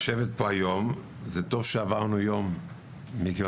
לשבת פה היום זה טוב שעברנו יום מכיוון